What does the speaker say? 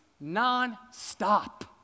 non-stop